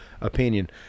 opinion